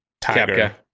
Tiger